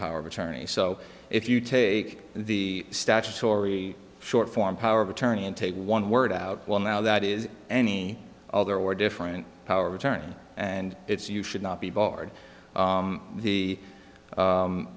power of attorney so if you take the statutory short form power of attorney and take one word out one now that is any other or different power of attorney and its you should not be barred the the